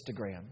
Instagram